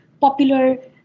popular